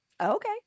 Okay